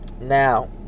Now